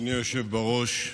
אדוני היושב בראש,